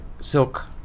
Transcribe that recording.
silk